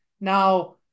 Now